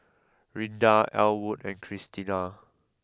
Rinda Ellwood and Cristina